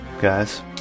guys